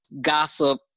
gossip